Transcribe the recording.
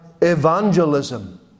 evangelism